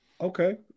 Okay